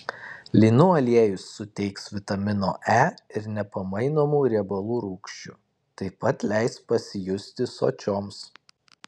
linų aliejus suteiks vitamino e ir nepamainomų riebalų rūgščių taip pat leis pasijusti sočioms